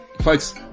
Folks